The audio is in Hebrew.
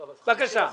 בבקשה.